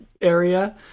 area